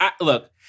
look